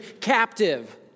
captive